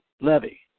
levy